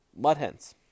Mudhens